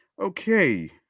Okay